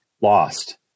lost